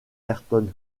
ayrton